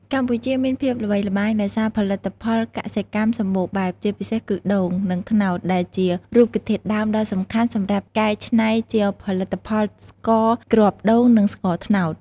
កម្ពុជាមានភាពល្បីល្បាញដោយសារផលិតផលកសិកម្មសម្បូរបែប ជាពិសេសគឺដូង និងត្នោតដែលជារូបធាតុដើមដ៏សំខាន់សម្រាប់កែឆ្នៃជាផលិតផលស្ករគ្រាប់ដូង និង ស្ករត្នោត។